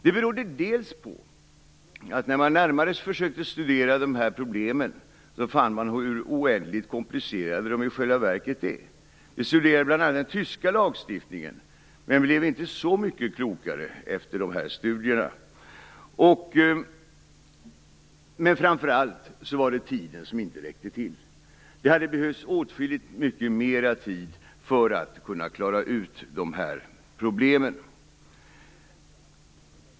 Det berodde bl.a. på att vid närmare studier av problemen, framkom det hur oändligt komplicerade de i själva verket är. Vi studerade bl.a. den tyska lagstiftningen. Men vi blev inte så mycket klokare efter studierna. Men framför allt var det tiden som inte räckte till. Det hade behövts åtskilligt mycket mera tid för att klara ut problemen.